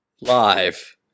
Live